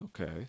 Okay